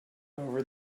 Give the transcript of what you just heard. over